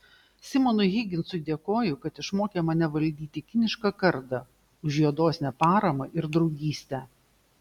simonui higginsui dėkoju kad išmokė mane valdyti kinišką kardą už jo dosnią paramą ir draugystę